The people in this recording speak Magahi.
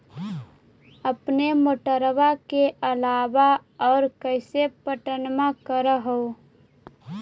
अपने मोटरबा के अलाबा और कैसे पट्टनमा कर हू?